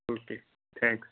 okay thanks